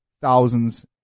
thousands